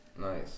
Nice